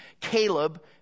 Caleb